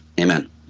Amen